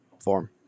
form